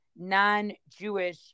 non-Jewish